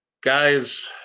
Guys